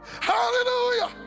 Hallelujah